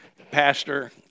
Pastor